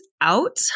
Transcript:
out